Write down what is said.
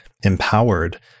empowered